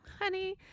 honey